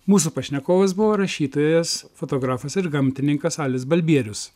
mūsų pašnekovas buvo rašytojas fotografas ir gamtininkas alis balbierius